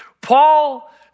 Paul